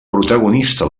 protagonista